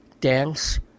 dance